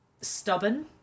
stubborn